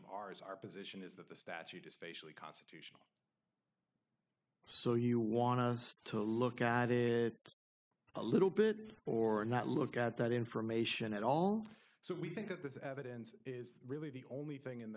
of ours our position is that the statute is facially constitutional so you want us to look at it a little bit or not look at that information at all so we think that this evidence is really the only thing in